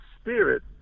spirit